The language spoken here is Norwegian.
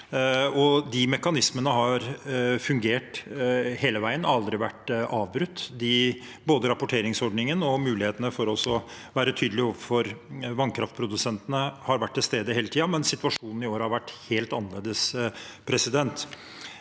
De mekanismene har fungert hele veien og har aldri vært avbrutt. Både rapporteringsordningen og muligheten for å være tydelig overfor vannkraftprodusentene har vært til stede hele tiden, men situasjonen i år har vært helt annerledes. Når vi nå